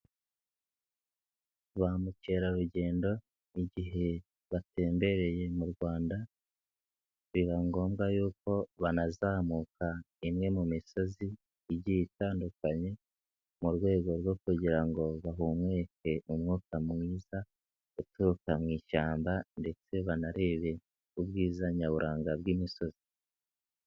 Ba mukerarugendo igihe batembereye mu Rwanda biba ngombwa yuko banazamuka imwe mu misozi igiye itandukanye mu rwego rwo kugira ngo bahumeke umwuka mwiza uturuka mu ishyamba ndetse banarebe ubwiza nyaburanga bw'imisozi.